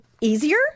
easier